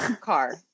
car